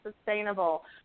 sustainable